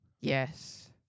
Yes